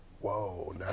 Whoa